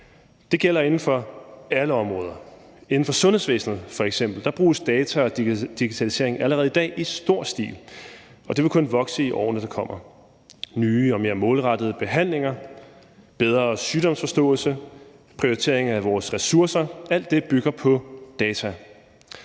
Det gælder inden for alle områder. Inden for sundhedsvæsenet f.eks. bruges data og digitalisering allerede i dag i stor stil, og det vil kun vokse i årene, der kommer. Nye og mere målrettede behandlinger, bedre sygdomsforståelse, prioritering af vores ressourcer – alt det bygger på data.